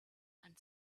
and